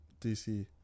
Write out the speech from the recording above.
DC